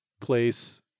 place